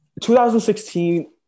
2016